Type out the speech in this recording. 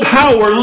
power